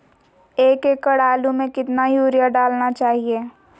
एक एकड़ आलु में कितना युरिया डालना चाहिए?